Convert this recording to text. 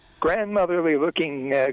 grandmotherly-looking